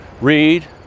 Read